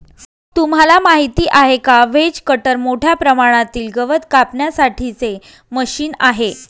तुम्हाला माहिती आहे का? व्हेज कटर मोठ्या प्रमाणातील गवत कापण्यासाठी चे मशीन आहे